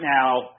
now